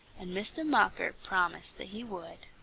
and mistah mocker promised that he would.